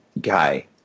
guy